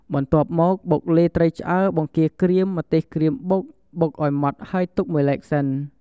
បន្ទាប់មក បុកលាយត្រីឆ្អើរ បង្គាក្រៀម ម្ទេសក្រៀមបុក បុកឱ្យម៉ដ្ឋហើយទុកមួយឡែកសិន។